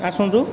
ଆସନ୍ତୁ